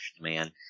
man